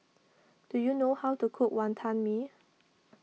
do you know how to cook Wantan Mee